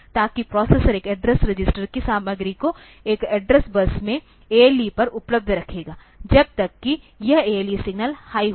ताकि प्रोसेसर इस address register की सामग्री को इस एड्रेस बस में ALE पर उपलब्ध रखेगा जब तक कि यह ALE सिग्नल हाई होगा